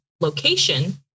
location